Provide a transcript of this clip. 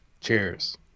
Cheers